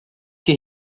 que